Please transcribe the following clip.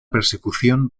persecución